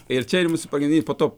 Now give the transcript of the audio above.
ir čia jums pagrindiniai po to